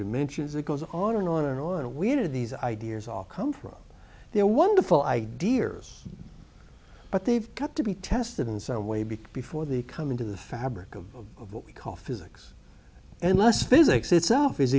dimensions that goes on and on and on and we did these ideas all come from their wonderful ideas but they've got to be tested in some way because before they come into the fabric of of what we call physics and less physics itself is